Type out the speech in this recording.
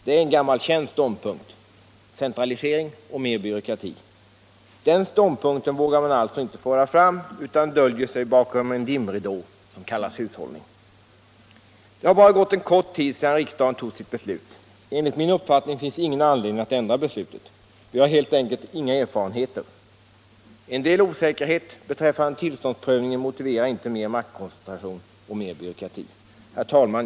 Det är ju en gammal känd ståndpunkt — centralisering och mer byråkrati. Den ståndpunkten vågar man alltså inte föra fram utan döljer sig bakom en dimridå, som kallas hushållning. Det har bara gått en kort tid sedan riksdagen tog sitt beslut. Enligt min uppfattning finns ingen anledning att ändra beslutet. Vi har helt enkelt inga erfarenheter. En del osäkerhet beträffande tillståndsprövningen motiverar inte mer maktkoncentration och mer byråkrati. Herr talman!